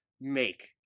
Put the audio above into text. make